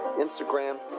Instagram